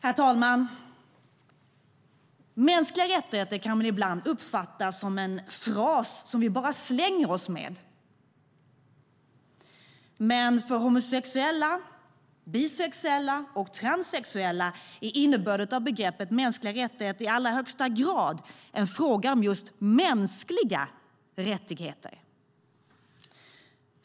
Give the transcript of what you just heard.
Herr talman! Mänskliga rättigheter kan ibland uppfattas som en fras som vi bara slänger oss med. Men för homosexuella, bisexuella och transsexuella är innebörden av begreppet mänskliga rättigheter i allra högsta grad en fråga om just mänskliga rättigheter.